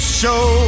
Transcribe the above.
show